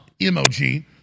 emoji